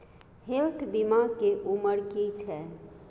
Health बीमा के उमर की छै?